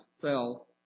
fell